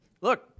look